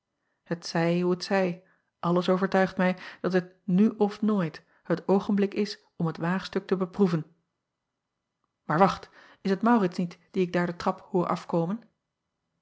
t ij hoe t zij alles overtuigt mij dat het nu of nooit het oogenblik is om het waagstuk te beproeven aar wacht is het aurits niet dien ik daar de trap hoor afkomen